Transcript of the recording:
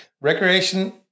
Recreation